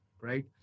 right